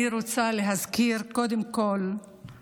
אני רוצה להזכיר קודם כול את